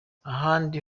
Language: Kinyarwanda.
ahandi